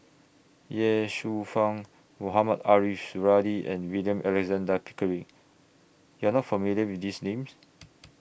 Ye Shufang Mohamed Ariff Suradi and William Alexander Pickering YOU Are not familiar with These Names